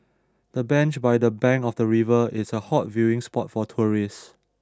the bench by the bank of the river is a hot viewing spot for tourists